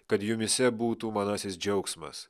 kad jumyse būtų manasis džiaugsmas